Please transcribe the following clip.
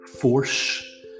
force